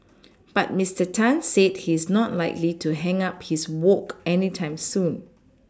but Mister Tan said he is not likely to hang up his wok anytime soon